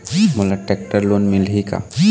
मोला tractor loan मिलही का?